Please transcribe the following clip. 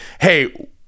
hey